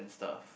stuff